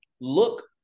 look